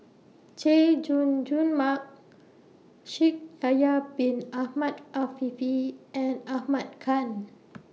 Chay Jung Jun Mark Shaikh Yahya Bin Ahmed Afifi and Ahmad Khan